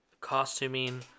costuming